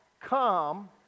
come